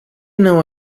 não